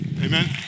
Amen